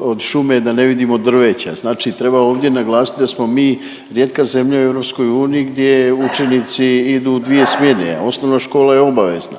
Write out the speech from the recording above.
od šume da ne vidimo od šume da ne vidimo drveća, znači treba ovdje naglasit da smo mi rijetka zemlja u EU gdje učenici idu u dvije smjene, a osnovna škola je obavezna.